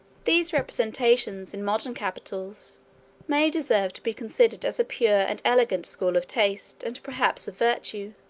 these representations in modern capitals may deserve to be considered as a pure and elegant school of taste, and perhaps of virtue.